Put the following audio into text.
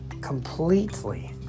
completely